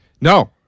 no